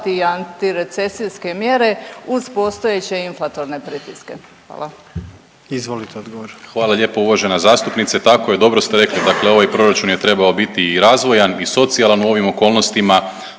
anti recesijske mjere uz postojeće inflatorne pritiske. Hvala. **Jandroković, Gordan (HDZ)** Izvolite odgovor. **Primorac, Marko** Hvala lijepo uvažena zastupnice. Tako je, dobro ste rekli. Dakle, ovaj proračun je trebao biti i razvojan i socijalan u ovim okolnostima.